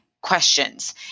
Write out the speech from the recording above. questions